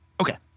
Okay